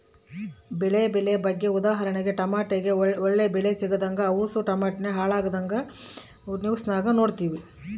ಬೆಳೆ ಬೆಲೆ ಬಗ್ಗೆ ಉದಾಹರಣೆಗೆ ಟಮಟೆಗೆ ಒಳ್ಳೆ ಬೆಲೆ ಸಿಗದಂಗ ಅವುಸು ಟಮಟೆ ಹಾಳಾಗಿದ್ನ ನಾವು ನ್ಯೂಸ್ನಾಗ ನೋಡಿವಿ